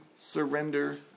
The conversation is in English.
surrender